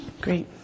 Great